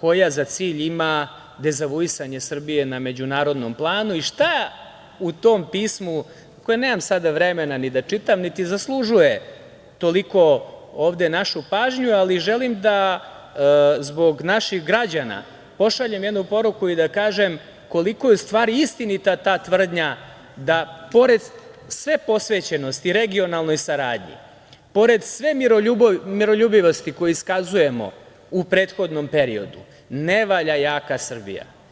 koja za cilj ima dezavuisanje Srbije na međunarodnom planu i šta u tom pismu, koje nemam sada vremena ni da čitam, niti zaslužuje toliko ovde našu pažnju, ali želim da zbog naših građana pošaljem jednu poruku i da kažem koliko je u stvari istinita ta tvrdnja da pored sve posvećenosti regionalnoj saradnji, pored sve miroljubivosti koju iskazujemo u prethodnom periodu, ne valja jaka Srbija.